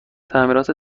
تعمیرات